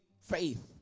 faith